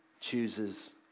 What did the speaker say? chooses